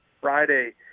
Friday